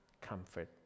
comfort